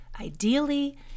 ideally